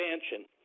expansion